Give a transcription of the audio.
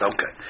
Okay